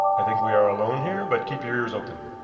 i think we are alone here, but keep your ears open.